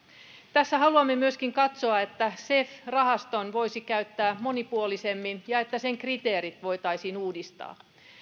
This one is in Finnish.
tässä haluamme myöskin katsoa että cef rahastoa voisi käyttää monipuolisemmin ja että sen kriteerit voitaisiin uudistaa